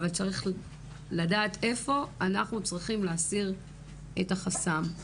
אבל צריך לדעת איפה אנחנו צריכים להסיר את החסם.